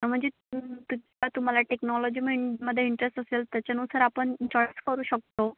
म्हणजे तुम्हाला टेक्नॉलॉजीमध्ये इंटरेस्ट असेल त्याच्यानुसार आपण जॉईस करू शकतो